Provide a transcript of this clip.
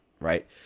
right